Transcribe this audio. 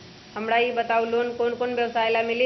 हमरा ई बताऊ लोन कौन कौन व्यवसाय ला मिली?